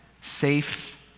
safe